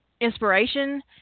inspiration